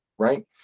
Right